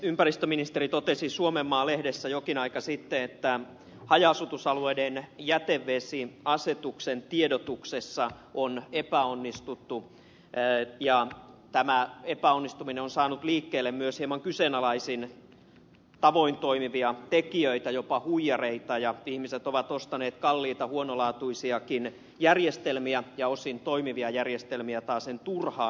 ympäristöministeri totesi suomenmaa lehdessä jokin aika sitten että haja asutusalueiden jätevesiasetuksen tiedotuksessa on epäonnistuttu ja tämä epäonnistuminen on saanut liikkeelle myös hieman kyseenalaisin tavoin toimivia tekijöitä jopa huijareita ja ihmiset ovat ostaneet kalliita huonolaatuisiakin järjestelmiä ja osin toimivia järjestelmiä taasen turhaan